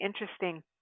interesting